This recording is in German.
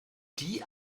die